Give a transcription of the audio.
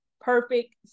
perfect